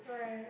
why